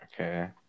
Okay